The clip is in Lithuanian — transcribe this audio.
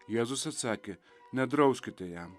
jėzus atsakė nedrauskite jam